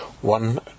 one